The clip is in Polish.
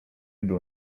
był